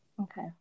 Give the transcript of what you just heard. Okay